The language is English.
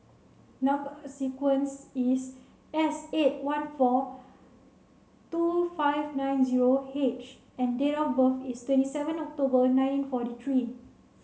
number sequence is S eight one four two five nine zero H and date of birth is twenty seven October nineteen forty three